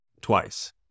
twice